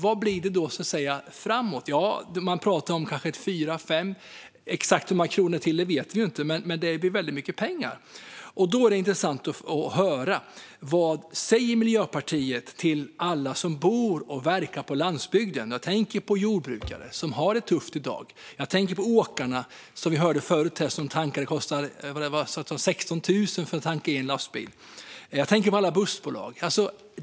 Vad blir det då framåt? Man pratar om kanske 4-5 kronor till - exakt hur många vet vi inte. Det blir väldigt mycket pengar. Det vore intressant att höra vad Miljöpartiet säger till alla som bor och verkar på landsbygden. Jag tänker på jordbrukare, som har det tufft i dag. Jag tänker på åkarna; som vi hörde förut kostar det 16 000 att tanka en lastbil. Jag tänker på alla bussbolag.